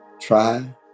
try